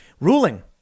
Ruling